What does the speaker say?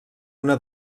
una